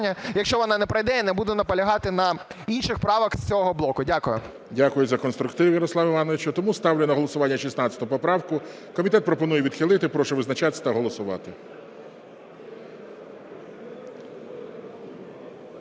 Якщо вона не пройде, я не буду наполягати на інших правках з цього блоку. Дякую. ГОЛОВУЮЧИЙ. Дякую за конструктив, Ярослав Іванович. Тому ставлю на голосування 16 поправку. Комітет пропонує відхилити. Прошу визначатись та голосувати.